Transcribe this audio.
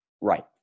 Right